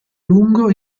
lungo